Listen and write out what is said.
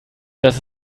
das